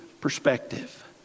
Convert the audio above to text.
perspective